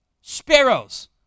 sparrows